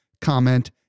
comment